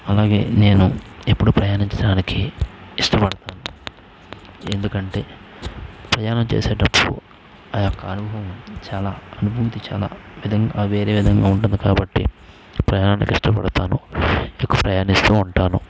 అలాగే నేను ఎప్పుడూ ప్రయాణించడానికి ఇష్టపడతాను ఎందుకంటే ప్రయాణం చేసేటప్పుడు ఆ యొక్క అనుభవం చాలా అనుభూతి చాలా విధంగా వేరే విధంగా ఉంటుంది కాబట్టి ప్రయాణానికి ఇష్టపడతాను ఎక్కువ ప్రయాణిస్తూ ఉంటాను